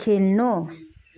खेल्नु